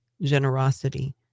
generosity